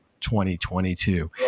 2022